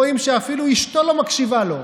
רואים שאפילו אשתו לא מקשיבה לו.